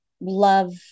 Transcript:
love